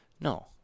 No